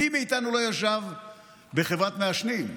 מי מאיתנו לא ישב בחברת מעשנים?